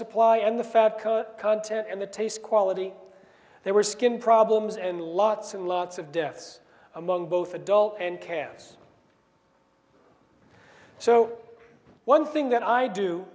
supply and the fat content and the taste quality there were skin problems and lots and lots of deaths among both adult and cans so one thing that i do